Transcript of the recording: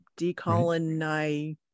decolonize